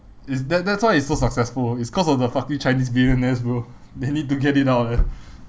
it's that that's why it's so successful it's cause of the fucking chinese billionaires bro they need to get it out eh